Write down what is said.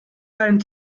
dein